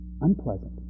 unpleasant